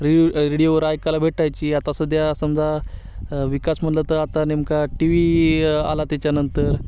red रेडिओवर ऐकायला भेटायची आता सध्या समजा विकास म्हटलं तर आता नेमका टी वीही आला त्याच्यानंतर